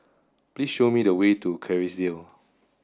please show me the way to Kerrisdale